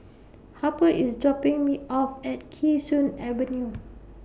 Harper IS dropping Me off At Kee Sun Avenue